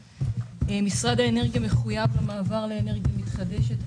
ראשית, משרד האנרגיה מחויב למעבר לאנרגיה מתחדשת.